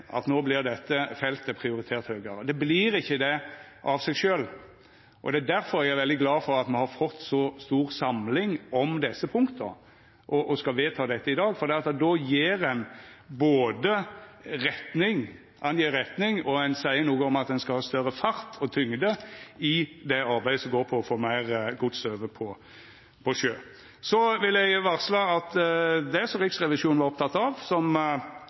ikkje det av seg sjølv. Det er derfor eg er veldig glad for at me har fått så stor samling om desse punkta og skal vedta dette i dag, for då viser ein retning, og ein seier noko om at ein skal ha større fart og tyngd i det arbeidet som går på å få meir gods over på sjø. Så vil eg varsla at det som Riksrevisjonen var oppteken av, som